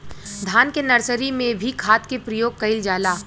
धान के नर्सरी में भी खाद के प्रयोग कइल जाला?